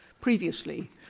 previously